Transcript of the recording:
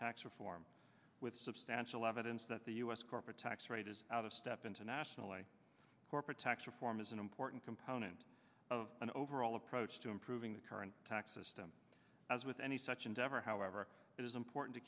tax reform with substantial evidence that the us corporate tax rate is out of step internationally corporate tax reform is an important component of an overall approach to improving the current tax system as with any such endeavor however it is important to